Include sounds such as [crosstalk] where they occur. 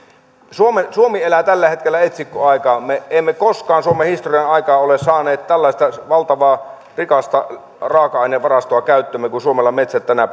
suomi elää tällä hetkellä etsikkoaikaa me emme koskaan suomen historian aikana ole saaneet tällaista valtavaa rikasta raaka ainevarastoa käyttöömme kuin suomella metsät tänä [unintelligible]